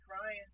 crying